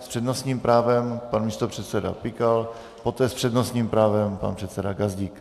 S přednostním právem pan místopředseda Pikal, poté s přednostním právem pan předseda Gazdík.